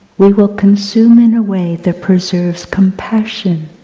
we will consume in a way that preserves compassion,